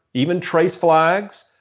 even trace flags,